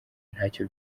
ntacyo